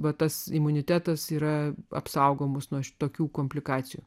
va tas imunitetas yra apsaugomos nuo šitokių komplikacijų